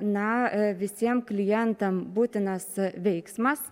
na visiem klientam būtinas veiksmas